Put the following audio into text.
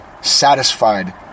Satisfied